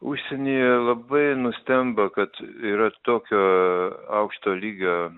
užsienyje labai nustemba kad yra tokio aukšto lygio